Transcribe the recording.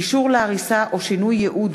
(החמרת הענישה בשל כניסה לשטח חקלאי),